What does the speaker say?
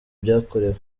byakorewe